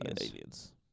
aliens